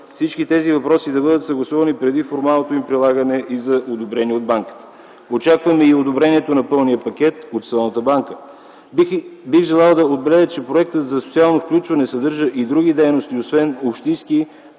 всички тези въпроси да бъдат съгласувани преди формалното им прилагане и за одобрение от банката. Очакваме и одобрението на пълния пакет от Световната банка. Бих желал да отбележа, че Проектът за социално включване съдържа и други дейности освен общински